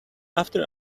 after